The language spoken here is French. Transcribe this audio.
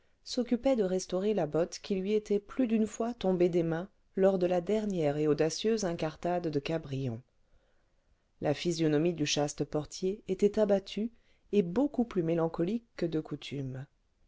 s'occupait de restaurer la botte qui lui était plus d'une fois tombée des mains lors de la dernière et audacieuse incartade de cabrion la physionomie du chaste portier était abattue et beaucoup plus mélancolique que de coutume